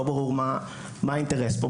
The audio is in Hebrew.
לא ברור מה האינטרס פה,